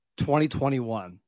2021